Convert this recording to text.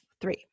three